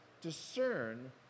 discern